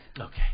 Okay